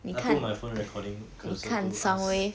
I put my phone recording closer to us